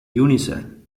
unison